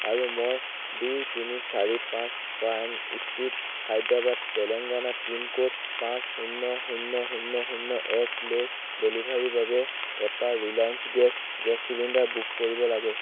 আৰু মই দুই তিনি চাৰি পাঁচ pine street Hyderabad Telangana pin code পাঁচ শূন্য শূন্য শূন্য শূন্য একলৈ ডেলিভাৰীৰ বাবে এটা Reliance gas gas cylinder book কৰিব লাগে